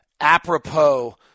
apropos